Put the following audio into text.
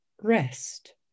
rest